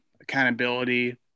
accountability